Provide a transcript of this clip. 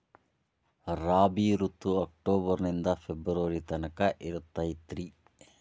ರಾಬಿ ಋತು ಅಕ್ಟೋಬರ್ ನಿಂದ ಫೆಬ್ರುವರಿ ತನಕ ಇರತೈತ್ರಿ